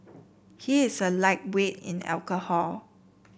he is a lightweight in alcohol